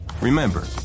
Remember